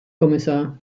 kommissar